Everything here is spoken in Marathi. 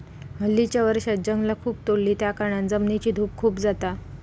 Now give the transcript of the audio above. हल्लीच्या वर्षांत जंगला खूप तोडली त्याकारणान जमिनीची धूप खूप जाता